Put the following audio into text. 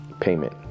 payment